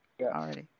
Already